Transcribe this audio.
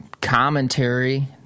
commentary